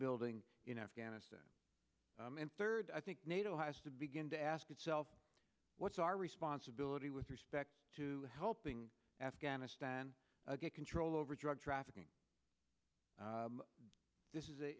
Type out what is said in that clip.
building in afghanistan and third i think nato has to begin to ask itself what's our responsibility with respect to helping afghanistan get control over drug trafficking this